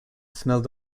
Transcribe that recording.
smelt